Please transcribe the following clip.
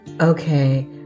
Okay